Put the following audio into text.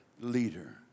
leader